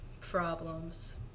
problems